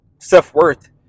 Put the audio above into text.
self-worth